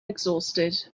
exhausted